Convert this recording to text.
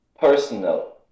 personal